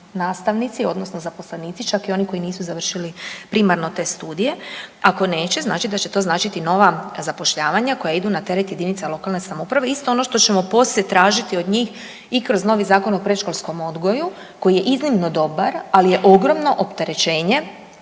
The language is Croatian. nastavnici odnosno zaposlenici čak i oni koji nisu završili primarno te studije? Ako neće znači da će to značiti nova zapošljavanja koja idu na teret JLS, isto ono što ćemo poslije tražiti od njih i kroz novi Zakon o predškolskom odgoju koji je iznimno dobar, ali je ogromno opterećenje